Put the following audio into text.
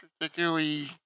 particularly